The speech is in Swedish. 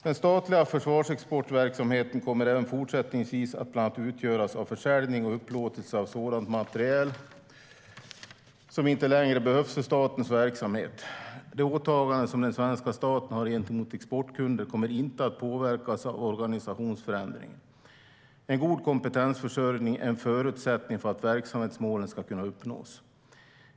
Den statliga försvarsexportverksamheten kommer även fortsättningsvis att bland annat utgöras av försäljning och upplåtelse av sådan materiel som inte längre behövs för statens verksamhet. De åtaganden som den svenska staten har gentemot exportkunder kommer inte att påverkas av organisationsförändringen. En god kompetensförsörjning är en förutsättning för att verksamhetsmålen ska kunna uppnås.